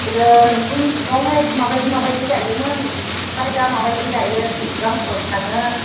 गोदो नोंसोरनि जुगाव माइखौ माबायदि माबायदि गायोमोन ओमफ्राय दा माबायदि गायो बिसिबां खरस थाङो